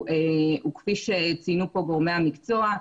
וכפי שציינו פה גורמי המקצוע,